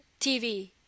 TV